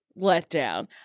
letdown